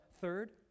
Third